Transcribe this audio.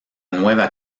nueva